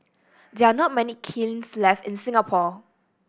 there are not many kilns left in Singapore